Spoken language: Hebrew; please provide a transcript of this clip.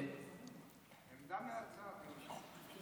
עמדה מהצד, אם אפשר.